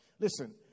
Listen